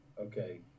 okay